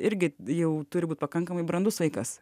irgi jau turi būt pakankamai brandus vaikas